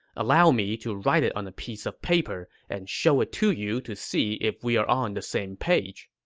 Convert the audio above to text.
allow me to write it on a piece of paper and show it to you to see if we are on the same page.